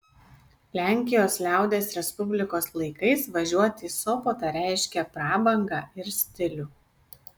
lenkijos liaudies respublikos laikais važiuoti į sopotą reiškė prabangą ir stilių